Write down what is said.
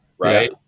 Right